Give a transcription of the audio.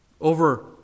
over